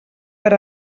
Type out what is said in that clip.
per